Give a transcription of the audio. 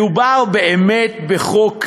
מדובר באמת בחוק רע,